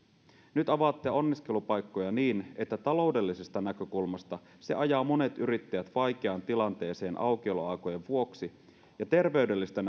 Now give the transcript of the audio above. nyt avaatte anniskelupaikkoja niin että taloudellisesta näkökulmasta se ajaa monet yrittäjät vaikeaan tilanteeseen aukioloaikojen vuoksi ja terveydellisestä